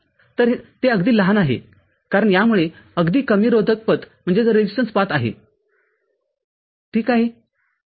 तर ते अगदी लहान आहेकारण यामुळे अगदी कमी रोधक पथ आहे ठीक आहे